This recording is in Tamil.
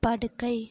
படுக்கை